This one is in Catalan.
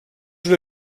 una